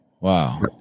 Wow